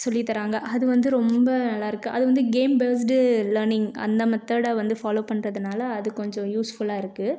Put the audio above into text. சொல்லித்தராங்க அது வந்து ரொம்ப நல்லாயிருக்கு அது வந்து கேம் பேஸ்டு லேர்னிங் அந்த மெத்தடை வந்து ஃபாலோ பண்ணுறதுனால அது கொஞ்சம் யூஸ்ஃபுல்லாக இருக்குது